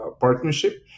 partnership